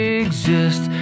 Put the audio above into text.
exist